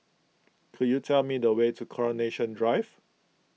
could you tell me the way to Coronation Drive